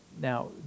Now